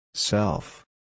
Self